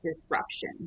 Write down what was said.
disruption